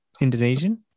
Indonesian